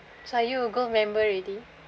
so are you a gold member already